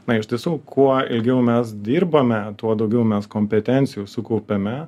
na iš tiesų kuo ilgiau mes dirbame tuo daugiau mes kompetencijų sukaupiame